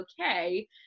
okay